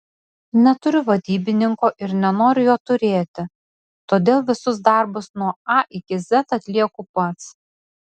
neturiu vadybininko ir nenoriu jo turėti todėl visus darbus nuo a iki z atlieku pats